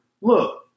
Look